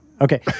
Okay